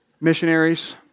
missionaries